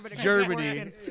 Germany